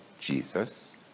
Jesus